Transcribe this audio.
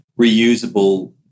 reusable